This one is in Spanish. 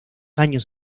años